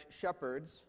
shepherds